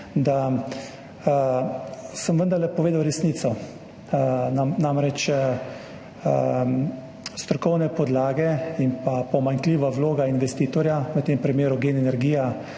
da sem vendarle povedal resnico. Namreč, strokovne podlage in pomanjkljiva vloga investitorja. V tem primeru Gen energija,